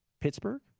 Pittsburgh